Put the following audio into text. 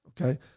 okay